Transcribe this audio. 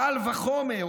וקל וחומר,